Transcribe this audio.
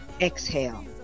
Exhale